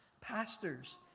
pastors